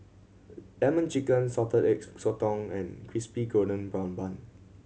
Lemon Chicken salted eggs sotong and Crispy Golden Brown Bun